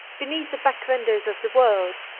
be neath the back-windows of the world,